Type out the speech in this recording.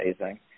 amazing